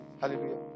Hallelujah